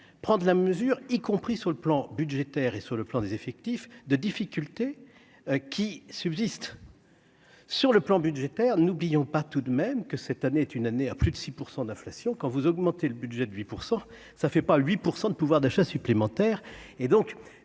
prendre la mesure, y compris sur le plan budgétaire et sur le plan des effectifs de difficultés qui subsistent sur le plan budgétaire, n'oublions pas tout de même que cette année est une année à plus de 6 % d'inflation quand vous augmenter le budget de 8 % ça ne fait pas 8 % de pouvoir d'achat supplémentaire